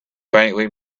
faintly